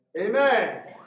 Amen